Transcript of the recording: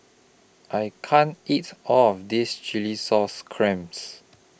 I can't eat All of This Chilli Sauce Clams